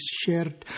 shared